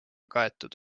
kaetud